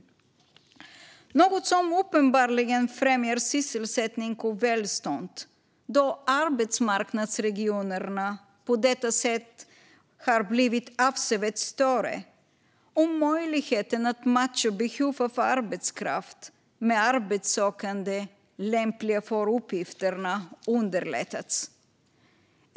Det är något som uppenbarligen främjar sysselsättning och välstånd, då arbetsmarknadsregionerna på detta sätt har blivit avsevärt större och möjligheten att matcha behov av arbetskraft med arbetssökande lämpliga för uppgifterna har underlättats.